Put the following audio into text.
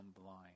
blind